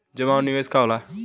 जमा और निवेश का होला?